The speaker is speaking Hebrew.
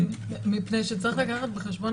מפני שצריך לקחת בחשבון,